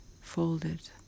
folded